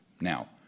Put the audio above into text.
Now